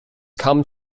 come